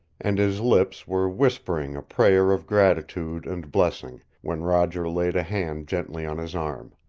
and his lips were whispering a prayer of gratitude and blessing, when roger laid a hand gently on his arm.